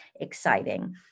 exciting